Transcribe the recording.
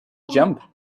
jump